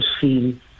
seen